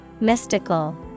Mystical